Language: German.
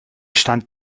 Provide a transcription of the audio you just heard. stand